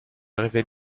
rêvait